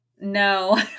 no